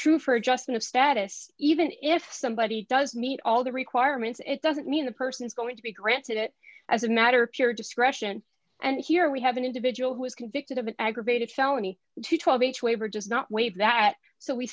true for adjustment of status even if somebody does meet all the requirements it doesn't mean the person is going to be granted it as a matter of pure discretion and here we have an individual who is convicted of aggravated felony to twelve h waiver just not waive that so we